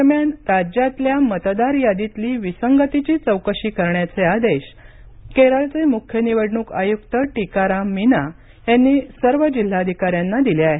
दरम्यान राज्यातल्या मतदार यादीतील विसंगतीची चौकशी करण्याचे आदेश केरळचे मुख्य निवडणूक आयुक्त टीका राम मीना यांनी सर्व जिल्हाधिकाऱ्यांना दिले आहेत